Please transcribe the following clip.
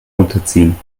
unterziehen